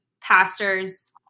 pastors